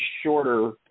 shorter